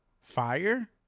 fire